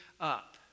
up